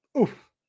Oof